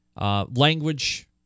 Language